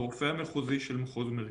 הרופא המחוזי של מחוז מרכז.